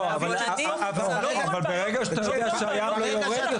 ברגע שאתה מייצב את